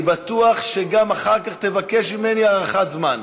אני בטוח שאחר כך גם תבקש ממני הארכת זמן.